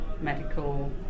medical